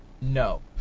No